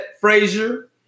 Frazier